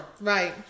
Right